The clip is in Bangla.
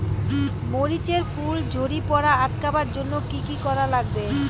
মরিচ এর ফুল ঝড়ি পড়া আটকাবার জইন্যে কি কি করা লাগবে?